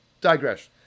Digress